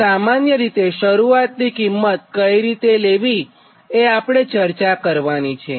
તો સામાન્ય રીતે શરૂઆતની કિંમત કઇ રીતે લેવીએ આપણે ચર્ચા કરવાની છે